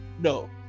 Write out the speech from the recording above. No